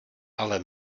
ale